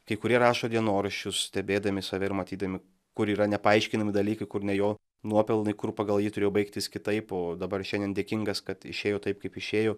kai kurie rašo dienoraščius stebėdami save ir matydami kur yra nepaaiškinami dalykai kur ne jo nuopelnai kur pagal jį turėjo baigtis kitaip o dabar šiandien dėkingas kad išėjo taip kaip išėjo